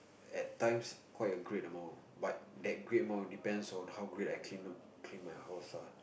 at times quite a great amount but that great amount depends on how great I clean the clean my house lah